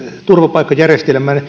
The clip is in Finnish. turvapaikkajärjestelmän